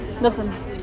Listen